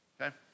Okay